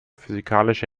physikalische